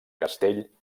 castell